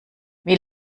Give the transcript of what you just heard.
wie